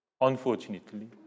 Unfortunately